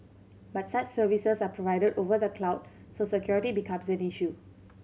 but such services are provided over the cloud so security becomes an issue